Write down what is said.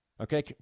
okay